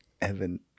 Evan